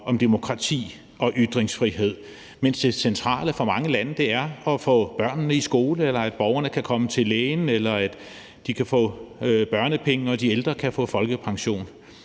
om demokrati og ytringsfrihed, mens det centrale for mange lande er at få børnene i skole, eller at borgerne kan komme til lægen, eller at de kan få børnepenge og de ældre kan få folkepension.